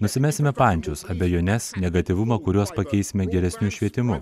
nusimesime pančius abejones negatyvumą kuriuos pakeisime geresniu švietimu